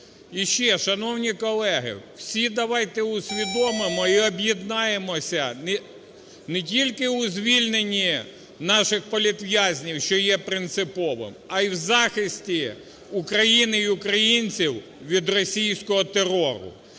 І ще. Шановні колеги, всі давайте усвідомимо і об'єднаємося не тільки у звільненні наших політв'язнів, що є принциповим, а і в захисті України і українців від російського терору,